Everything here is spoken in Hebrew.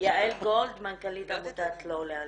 יעל גולד, מנכ"לית עמותת לא לאלימות.